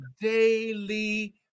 daily